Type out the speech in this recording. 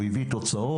הוא הביא תוצאות?